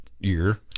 year